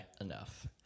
enough